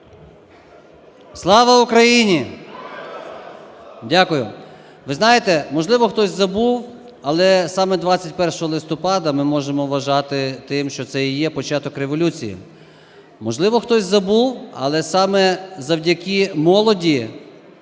Слава Україні! Дякую. Ви знаєте, можливо, хтось забув, але саме 21 листопада ми можемо вважати тим, що це і є початок революції. Можливо, хтось забув, але саме завдяки молоді